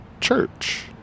church